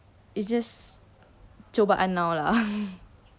it's just cubaan now lah